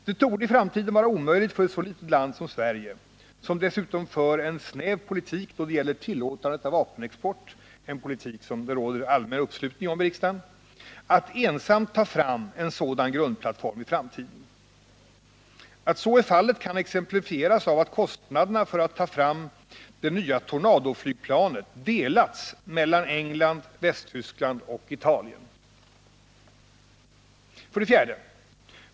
Det torde i framtiden vara omöjligt för ett så litet land som Sverige, som dessutom för en snäv politik då det gäller tillåtandet av vapenexport — en politik som det råder allmän uppslutning kring i riksdagen —, att ensamt ta fram en sådan grundplattform i framtiden. Att så är fallet kan exemplifieras med att kostnaderna för att ta fram det nya Tornadoflygplanet delats mellan England, Västtyskland och Italien. 4.